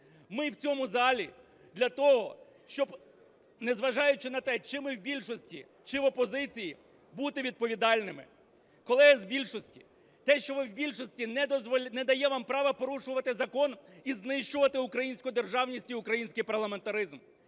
Ми в цьому залі для того, щоб, незважаючи на те, чи ми в більшості, чи в опозиції, бути відповідальними. Колеги з більшості, те, що ви в більшості, не дає вам права порушувати закон і знищувати українську державність і український парламентаризм,